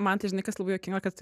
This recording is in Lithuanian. man tai žinai kas labai juokinga kad